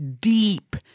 deep